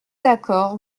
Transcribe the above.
d’accord